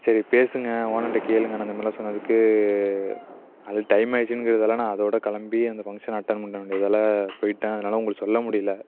சரி பேசுங்கள் ஓனர்ட்ட கேளுங்க அந்தமாரில்லாம் சொன்னதுக்கு அது டைம் ஆயிடுச்சுங்கிறதால நான் அதோடு கிளம்பி அந்த ஃபங்க்ஷன் அட்டண்ட் பண்ண வேண்டியதால் போயிட்டேன் அதனால் உங்களுக்கு சொல்ல முடியல